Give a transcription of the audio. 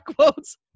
quotes